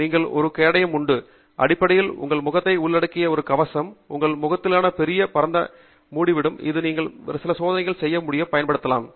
உங்களுக்கு ஒரு கேடயம் உண்டு அடிப்படையில் உங்கள் முகத்தை உள்ளடக்கிய ஒரு கவசம் உங்கள் முகத்தின் பெரிய பரந்த பகுதிகளை மூடிவிடும் இது நீங்கள் வேறு சில சோதனைகள் செய்ய பயன்படுத்தலாம்